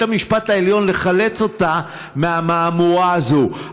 המשפט העליון לחלץ אותה מהמהמורה הזאת.